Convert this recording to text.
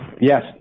yes